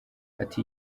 ati